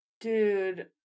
Dude